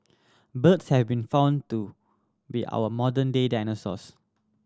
birds have been found to be our modern day dinosaurs